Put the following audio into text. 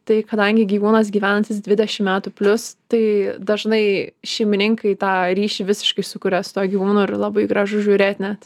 tai kadangi gyvūnas gyvenantis dvidešim metų plius tai dažnai šeimininkai tą ryšį visiškai sukuria su tuo gyvūnu ir labai gražu žiūrėt net